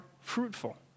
fruitful